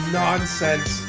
nonsense